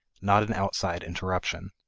not an outside interruption.